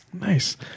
Nice